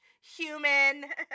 human